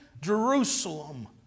Jerusalem